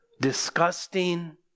disgusting